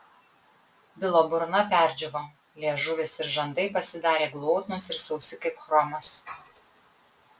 bilo burna perdžiūvo liežuvis ir žandai pasidarė glotnūs ir sausi kaip chromas